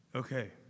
Okay